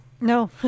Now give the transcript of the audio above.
No